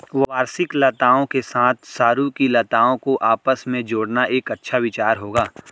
वार्षिक लताओं के साथ सरू की लताओं को आपस में जोड़ना एक अच्छा विचार होगा